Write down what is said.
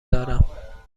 دارم